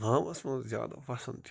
گامَس منٛز زیادٕ پسنٛد چھُ